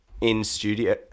in-studio